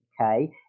okay